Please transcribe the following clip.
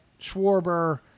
Schwarber